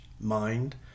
mind